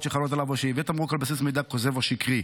שחלות עליו או שייבא תמרוק על בסיס מידע כוזב או שקרי,